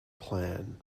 plan